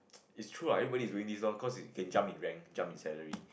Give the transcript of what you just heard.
it's true lah everybody is doing this lor cause can jump in rank jump in salary